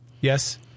Yes